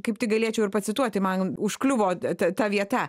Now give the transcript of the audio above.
kaip tik galėčiau ir pacituoti man užkliuvo ta ta vieta